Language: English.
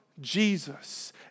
Jesus